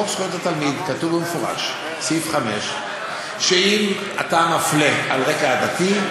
בחוק זכויות התלמיד כתוב במפורש בסעיף 5 שאם אתה מפלה על רקע עדתי,